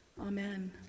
Amen